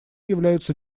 являются